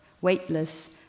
weightless